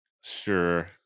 sure